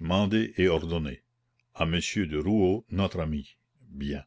mandez et ordonnez à monsieur de rouault notre ami bien